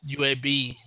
UAB